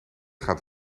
gaat